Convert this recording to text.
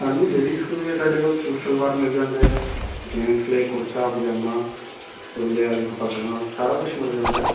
ਸਾਨੂੰ ਲੇਡੀਜ਼ ਕ ਸਾਡੇ ਕੋਲ ਸੂਟ ਸਲਵਾਰ ਮਿਲ ਜਾਂਦੇ ਹੈ ਜੈਨਟਸ ਲਈ ਕੁੜਤਾ ਪਜਾਮਾ ਤੁਰਲੇ ਵਾਲੀਆਂ ਪੱਗਾਂ ਸਾਰਾ ਕੁਛ ਮਿਲ ਜਾਂਦਾ ਹੈ